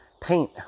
paint